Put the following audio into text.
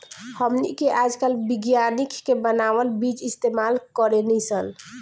हमनी के आजकल विज्ञानिक के बानावल बीज इस्तेमाल करेनी सन